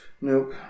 Nope